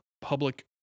public